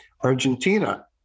Argentina